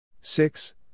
Six